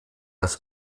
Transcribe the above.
das